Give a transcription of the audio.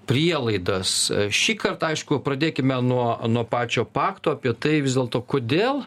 prielaidas šįkart aišku pradėkime nuo nuo pačio fakto apie tai vis dėlto kodėl